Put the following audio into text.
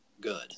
Good